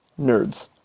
NERDS